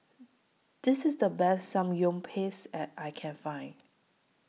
This IS The Best Samgyeopsal that I Can Find